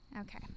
Okay